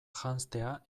janztea